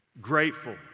grateful